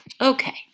okay